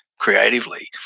creatively